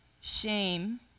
Shame